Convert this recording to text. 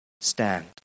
Stand